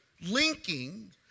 Linking